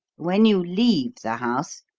when you leave the house,